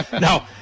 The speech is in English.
No